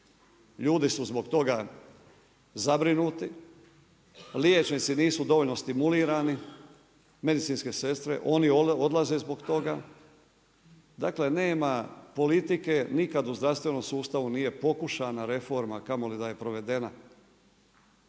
Ljudi su zbog toga zabrinuti, liječnici nisu dovoljno stimulirani, medicinske sestre. Oni odlaze zbog toga. Dakle, nema politike. Nikad u zdravstvenom sustavu nije pokušana reforma, kamoli da je provedena.